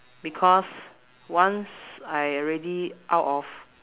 because once I already out of